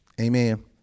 Amen